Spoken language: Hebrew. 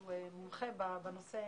שהוא מומחה בנושא,